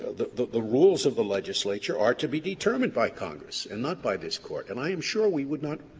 the the ah rules of the legislature are to be determined by congress and not by this court, and i am sure we would not,